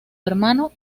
hermano